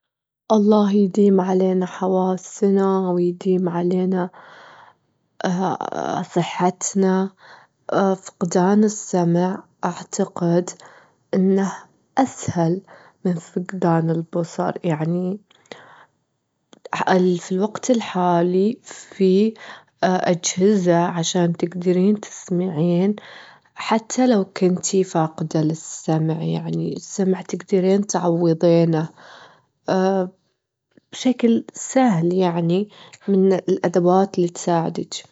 الله يديم علينا حواسنا ويديم علينا صحتنا، فجدان السمع أعتقد إنه أسهل من فجدان البصر يعني، في الوقت الحالي في أجهزة عشان تجدرين تسمعين حتى لو كنتي فاجدة للسمع يعني، السمع تجدرين تعوضينه بشكل سهل يعني من الأدوات اللي تساعتش.